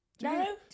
No